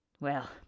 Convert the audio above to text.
Well